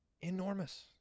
enormous